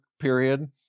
period